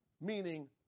Meaning